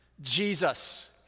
Jesus